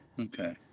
Okay